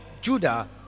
Judah